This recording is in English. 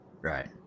Right